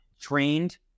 Trained